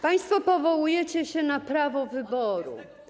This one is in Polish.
Państwo powołujecie się na prawo wyboru.